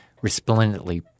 resplendently